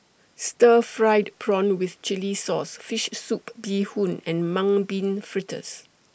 Stir Fried Prawn with Chili Sauce Fish Soup Bee Hoon and Mung Bean Fritters